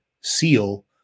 seal